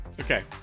Okay